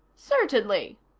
certainly,